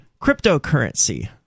cryptocurrency